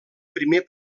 primer